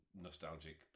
nostalgic